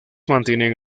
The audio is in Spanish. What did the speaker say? mantienen